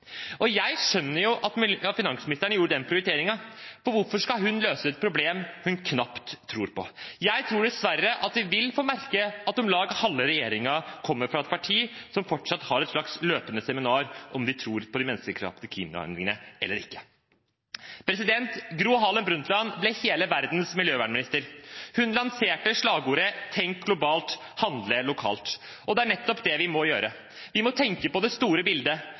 rikeste. Jeg skjønner at finansministeren gjorde den prioriteringen – for hvorfor skal hun løse et problem hun knapt tror på? Jeg tror dessverre at vi vil få merke at om lag halve regjeringen kommer fra et parti som fortsatt har et slags løpende seminar om de tror på de menneskeskapte klimaendringene eller ikke. Gro Harlem Brundtland ble hele verdens miljøvernminister. Hun lanserte slagordet: tenk globalt, handle lokalt. Det er nettopp det vi må gjøre. Vi må tenke på det store bildet.